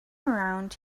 around